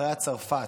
ואחריה צרפת,